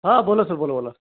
हा बोला सर बोला बोला